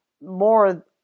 more